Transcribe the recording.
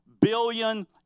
billion